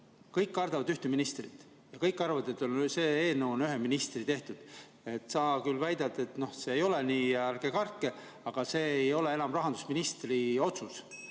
kõik kardavad ühte ministrit, kõik arvavad, et see eelnõu on ühe ministri tehtud. Sa küll väidad, et see ei ole nii ja ärge kartke, aga see ei ole enam rahandusministri otsus,